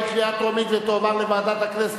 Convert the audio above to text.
לדיון מוקדם בוועדה שתקבע ועדת הכנסת